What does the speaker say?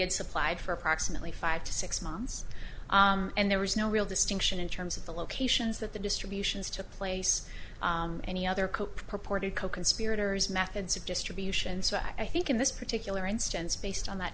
had supplied for approximately five to six months and there was no real distinction in terms of the locations that the distributions took place any other cope reported coconspirators methods of distribution so i think in this particular instance based on that